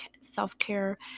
self-care